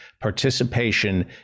participation